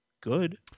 good